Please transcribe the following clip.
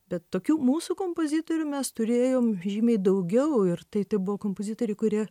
bet tokių mūsų kompozitorių mes turėjom žymiai daugiau ir tai tebuvo kompozitoriai kurie